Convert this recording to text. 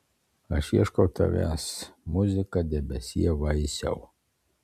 aš ieškau tavęs muzika debesie vaisiau